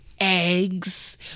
eggs